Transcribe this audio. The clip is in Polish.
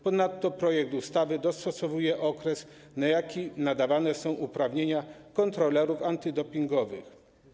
Ponadto projekt ustawy dostosowuje okres, na jaki nadawane są uprawnienia kontrolerów antydopingowych.